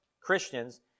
Christians